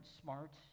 smart